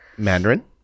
mandarin